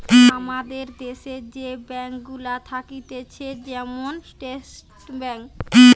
আমাদের দ্যাশে যে ব্যাঙ্ক গুলা থাকতিছে যেমন স্টেট ব্যাঙ্ক